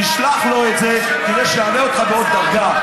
נשלח לו את זה כדי שיעלה אותך בעוד דרגה.